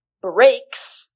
breaks